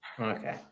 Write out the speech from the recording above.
okay